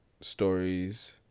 stories